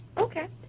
okay.